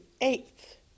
eighth